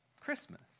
Christmas